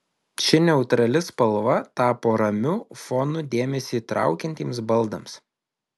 ši neutrali spalva tapo ramiu fonu dėmesį traukiantiems baldams